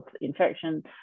infection